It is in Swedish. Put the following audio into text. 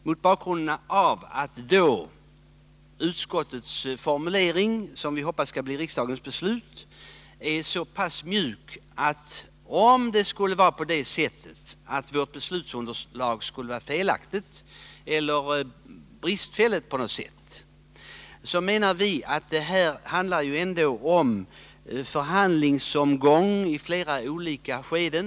Mot bakgrund av att utskottets formulering i betänkandet, som vi hoppas skall bli riksdagens beslut, är så pass mjuk, kommer vårt beslut, om underlaget för det skulle vara felaktigt eller bristfälligt på något sätt, att kunna rättas till. Vad det hela går ut på är en förhandlingsomgång i flera olika skeden.